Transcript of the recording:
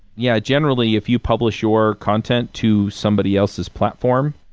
yeah, generally, if you publish your content to somebody else's platform,